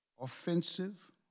offensive